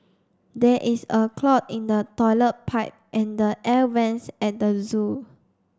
there is a clog in the toilet pipe and the air vents at the zoo